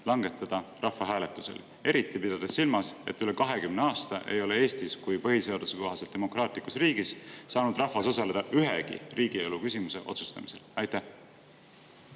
langetada rahvahääletusel, eriti pidades silmas, et üle 20 aasta ei ole Eestis kui põhiseaduse kohaselt demokraatlikus riigis saanud rahvas osaleda ühegi riigielu küsimuse otsustamisel? Suur